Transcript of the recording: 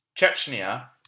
Chechnya